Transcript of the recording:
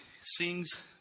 sings